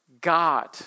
God